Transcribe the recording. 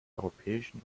europäischen